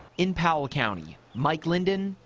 in powell county, mike linden,